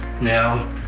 now